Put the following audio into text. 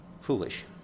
foolish